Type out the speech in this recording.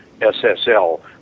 SSL